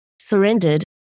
surrendered